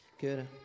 Good